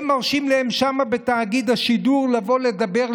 הם מרשים להם שם בתאגיד השידור לבוא ולדבר,